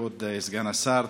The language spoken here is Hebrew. כבוד סגן השר,